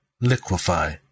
liquefy